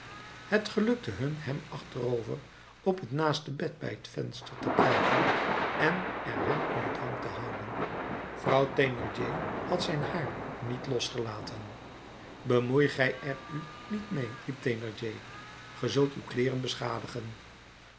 t gelukte hun hem achterover op het naaste bed bij het venster te krijgen en er hem in bedwang te houden vrouw thénardier had zijn haar niet losgelaten bemoei gij er u niet meê riep thénardier ge zult uw kleeren beschadigen